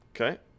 Okay